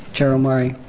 chair omari,